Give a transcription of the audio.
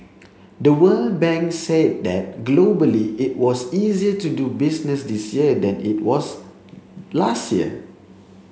the World Bank said that globally it was easier to do business this year than it was last year